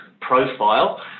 profile